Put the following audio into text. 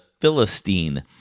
Philistine